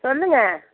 சொல்லுங்கள்